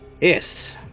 Yes